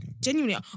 Genuinely